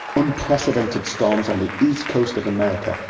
unprecedented storms on the east coast of america.